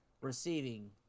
receiving